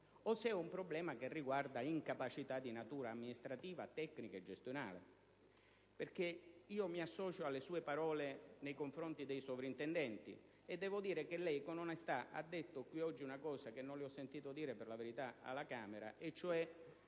di un problema che riguarda incapacità di natura amministrativa, tecnica e gestionale. Mi associo alle sue parole nei confronti dei soprintendenti. Devo dire che lei, con onestà, ha fatto qui oggi un'affermazione che non le ho sentito fare, per la verità, alla Camera, cioè